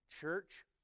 Church